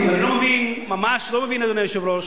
אני ממש לא מבין, אדוני היושב-ראש,